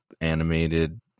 animated